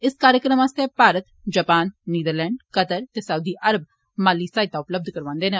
इस कार्यक्रम आस्तै भारत जापान नीदरलैंड कतर ते साउदी अरब माली सहायता उपलब्ध करोआंदे न